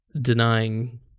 denying